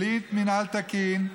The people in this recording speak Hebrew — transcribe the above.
בלי מינהל תקין,